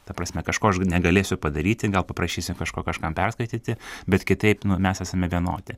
ta prasme kažko aš negalėsiu padaryti gal paprašysi kažko kažkam perskaityti bet kitaip mes esame vienodi